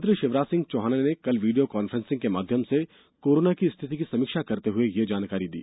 मुख्यमंत्री शिवराज सिंह चौहान ने कल वीडियों कॉन्फ्रेंसिंग के माध्यम से कोरोना की स्थिति की समीक्षा करते हुए ये जानकारी दी